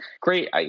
great